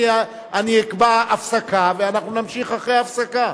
אני אקבע הפסקה ואנחנו נמשיך אחרי ההפסקה.